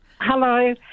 Hello